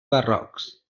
barrocs